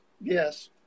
Yes